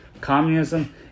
Communism